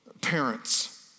Parents